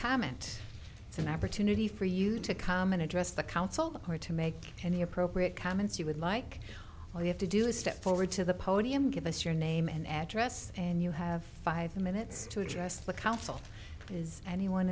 comment it's an opportunity for you to come and address the council hard to make any appropriate comments you would like all you have to do is step forward to the podium give us your name and address and you have five minutes to address the council is anyone